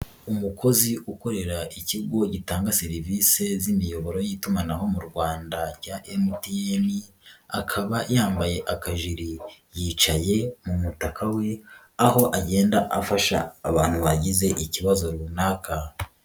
Umukozi ukorera ikigo gitanga serivisi z'imiyoboro y'itumanaho mu Rwanda cya MTN akaba yambaye akajiri, yicaye mu mutaka we aho agenda afasha abantu bagize ikibazo runaka.